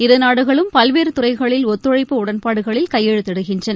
இருநாடுகளும் பல்வேறுதுறைகளில் ஒத்துழைப்பு உடன்பாடுகளில் கையெழுத்திடுகின்றன